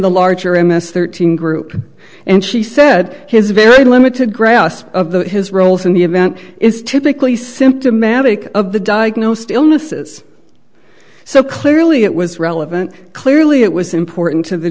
the larger m s thirteen group and she said his very limited grasp of the his roles in the event is typically symptomatic of the diagnosed illnesses so clearly it was relevant clearly it was important to the